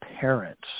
parents